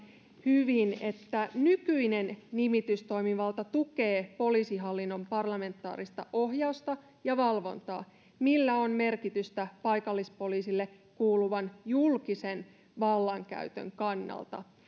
hyvin nykyinen nimitystoimivalta tukee poliisihallinnon parlamentaarista ohjausta ja valvontaa millä on merkitystä paikallispoliisille kuuluvan julkisen vallankäytön kannalta